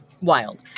wild